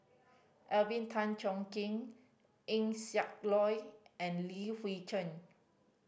Alvin Tan Cheong Kheng Eng Siak Loy and Li Hui Cheng